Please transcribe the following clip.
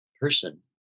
person